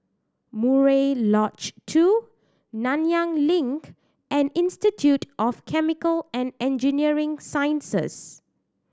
Murai Lodge Two Nanyang Link and Institute of Chemical and Engineering Sciences